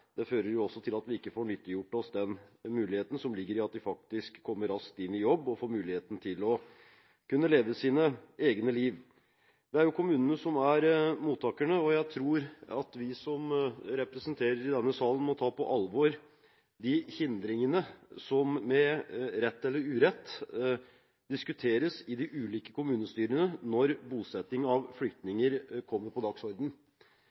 Det fører også til at vi ikke får nyttiggjort oss den muligheten som ligger i at de faktisk kommer raskt inn i jobb og får muligheten til å kunne leve sine egne liv. Det er kommunene som er mottakerne, og jeg tror at vi som representerer i denne salen, må ta på alvor de hindringene som med rette eller urette diskuteres i de ulike kommunestyrene når bosetting av flyktninger kommer på